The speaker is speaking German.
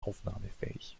aufnahmefähig